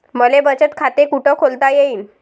मले बचत खाते कुठ खोलता येईन?